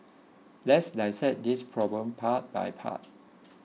let's dissect this problem part by part